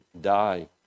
die